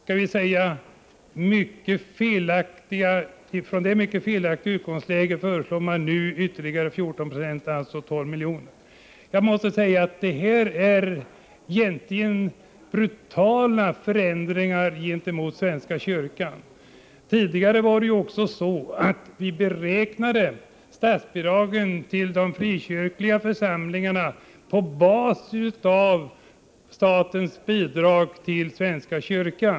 Utifrån det — låt mig säga — mycket felaktiga utgångsläget föreslår man nu en ytterligare neddragning med 14 96, alltså med 12 milj.kr. Det är brutala förändringar som görs gentemot svenska kyrkan. Tidigare beräknades statsbidragen till de frikyrkliga församlingarna på basis av statens bidrag till svenska kyrkan.